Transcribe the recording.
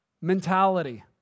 mentality